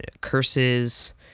curses